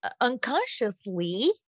unconsciously